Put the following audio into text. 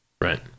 right